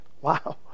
Wow